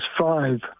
five